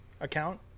account